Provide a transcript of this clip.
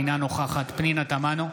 אינה נוכחת פנינה תמנו,